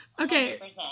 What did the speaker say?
okay